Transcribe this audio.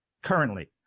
Currently